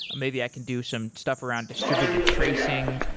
maybe i can do some stuff around distributed tracing.